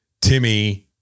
Timmy